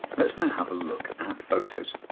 let's now have a look at photos.